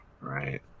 right